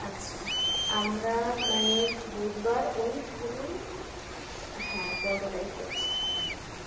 আচ্ছা আমরা মানে বুধবার ওই ধরুন হ্যাঁ পনেরো তারিখ পড়ছে হুম হুম হুম